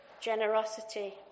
Generosity